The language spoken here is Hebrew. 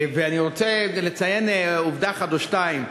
אני רוצה לציין עובדה אחת או שתיים.